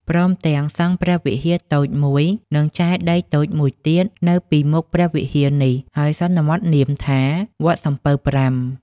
ព្រមទាំងសង់ព្រះវិហារតូចមួយ និងចេតិយតូចមួយទៀត នៅពីមុខព្រះវិហារនេះ ហើយសន្មតនាមថា "វត្តសំពៅប្រាំ" ។